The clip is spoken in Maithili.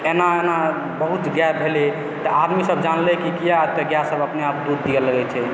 एना एना बहुत गै भेलय तऽ आदमीसभ जानलय किया एतय गायसभ अपनेआप दूध दए लगैत छै